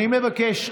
אני מבקש,